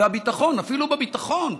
והביטחון, אפילו בביטחון,